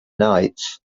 knights